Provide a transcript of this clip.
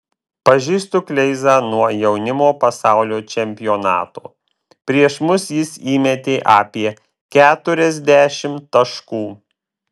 pažįstu kleizą nuo jaunimo pasaulio čempionato prieš mus jis įmetė apie keturiasdešimt taškų